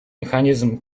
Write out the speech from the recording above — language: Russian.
механизм